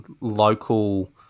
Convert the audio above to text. local